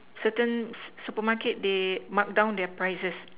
certain supermarket they mark down their prices